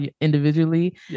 individually